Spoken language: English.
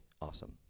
awesome